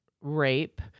rape